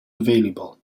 available